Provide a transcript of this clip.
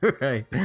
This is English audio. Right